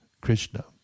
Krishna